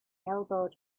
elbowed